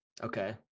okay